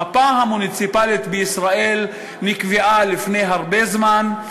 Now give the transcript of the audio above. המפה המוניציפלית בישראל נקבעה לפני הרבה זמן.